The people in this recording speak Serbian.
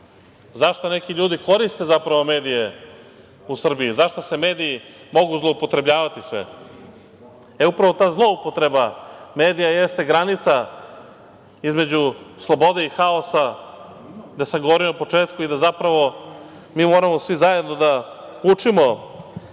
Za šta neki ljudi koriste zapravo medije u Srbiji? Zašto se mediji mogu zloupotrebljavati sve? Upravo ta zloupotreba medija jeste granica između slobode i haosa, da sam govorio u početku i da zapravo mi moramo svi zajedno da učimo